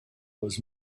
was